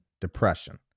depression